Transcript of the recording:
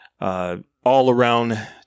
all-around